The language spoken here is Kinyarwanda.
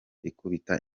ikubita